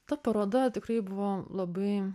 ta paroda tikrai buvo labai